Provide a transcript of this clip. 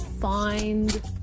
find